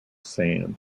sand